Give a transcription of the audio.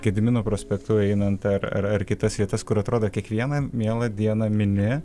gedimino prospektu einant ar ar kitas vietas kur atrodo kiekvieną mielą dieną mini